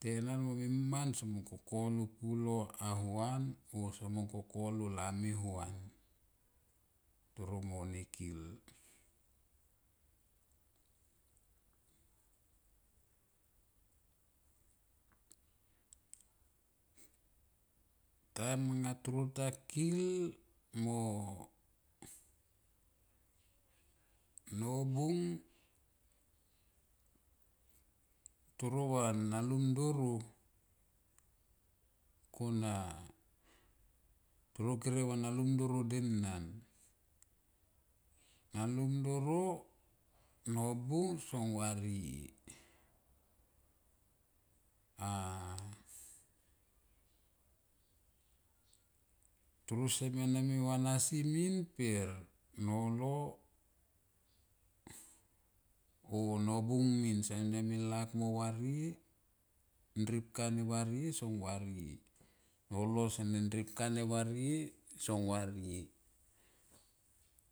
Tenana mo miman son kokolo pulo au han o somin kokolo lami huan toro mone kil. Tim anga toro ta kil mo nobung toro va nalum doro kona toro kere va nalum doro denan. Nalum doro nobung son varie a toro semene ni va nasi min per nollo o nobun min sene min laik mo varie ni ripka varie son varie